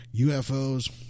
UFOs